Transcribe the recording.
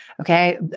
okay